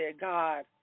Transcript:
God